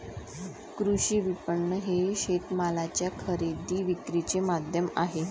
कृषी विपणन हे शेतमालाच्या खरेदी विक्रीचे माध्यम आहे